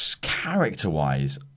character-wise